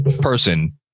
person